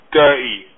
dirty